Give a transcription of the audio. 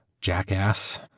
jackass